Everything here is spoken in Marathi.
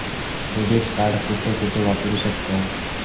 डेबिट कार्ड कुठे कुठे वापरू शकतव?